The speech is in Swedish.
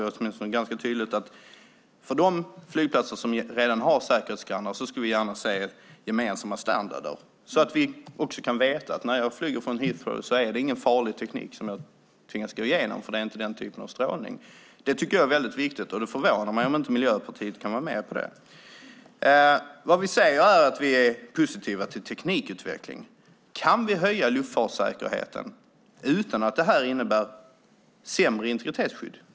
Vi uttalar ganska tydligt att för de flygplatser som redan har säkerhetsskannrar skulle vi gärna se gemensamma standarder, så att man kan veta att när man flyger Heathrow är det ingen farlig teknik som man tvingas gå igenom därför att det inte är den typen av strålning. Det tycker jag är väldigt viktigt, och det förvånar mig om inte Miljöpartiet kan vara med på det. Vad vi säger är att vi är positiva till teknikutveckling och om vi kan höja luftfartssäkerheten utan att det innebär sämre integritetsskydd.